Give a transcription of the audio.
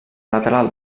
lateral